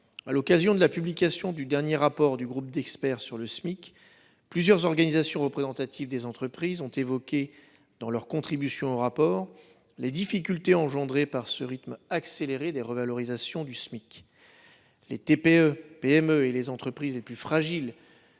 À l'occasion de la publication du dernier rapport du groupe d'experts sur le Smic, plusieurs organisations représentatives des entreprises ont évoqué, dans leur contribution au rapport, les difficultés liées au rythme accéléré des revalorisations du Smic. Les TPE, PME et les entreprises les plus fragiles,